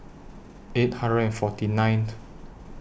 eight hundred and forty ninth